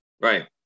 Right